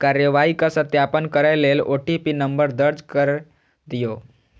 कार्रवाईक सत्यापन करै लेल ओ.टी.पी नंबर दर्ज कैर दियौ